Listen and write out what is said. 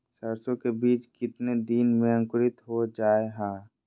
सरसो के बीज कितने दिन में अंकुरीत हो जा हाय?